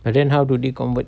but then how do they convert